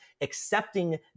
accepting